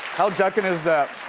how decadent is that?